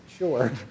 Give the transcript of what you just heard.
sure